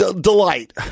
delight